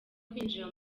kwinjira